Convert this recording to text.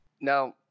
Now